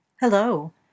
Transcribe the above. hello